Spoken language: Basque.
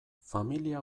familia